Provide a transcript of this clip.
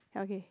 okay